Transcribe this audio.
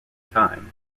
time